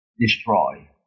destroy